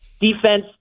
Defense